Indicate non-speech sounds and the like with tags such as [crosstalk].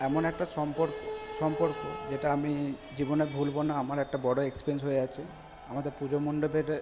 এমন একটা সম্পর সম্পর [unintelligible] যেটা আমি জীবনে ভুলব না আমার একটা বড় এক্সপেন্স হয়ে আছে আমাদের পুজো মণ্ডপের